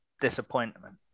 disappointment